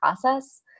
process